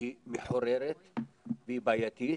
היא מחוררת והיא בעייתית,